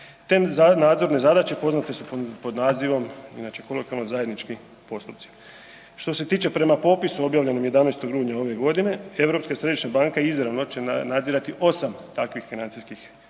Te nadzorne zadaće poznate su pod nazivom inače kolokvijalno zajednički postupci. Što se tiče prema popisu objavljenom 11. rujna ove godine Europska središnja banka izravno će nadzirati 8 takvih financijskih